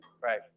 Right